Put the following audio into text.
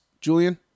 Julian